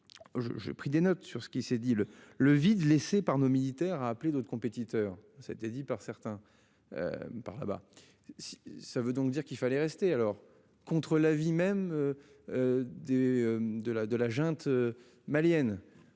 j'ai pris des notes sur ce qui s'est dit le le vide laissé par nos militaires a appelé d'autres compétiteurs. Ça a été dit par certains. Par là-bas. Ça veut donc dire qu'il fallait rester alors contre l'avis même. Des de la de la junte. Malienne.